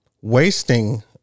wasting